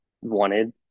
wanted